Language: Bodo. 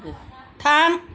थां